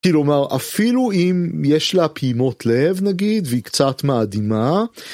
כלומר אפילו אם יש לה פעימות לב נגיד והיא קצת מאדימה